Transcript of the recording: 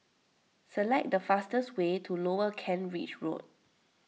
select the fastest way to Lower Kent Ridge Road